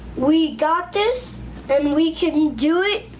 we got this and we couldn't do it.